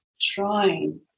trying